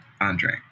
Andre